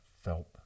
felt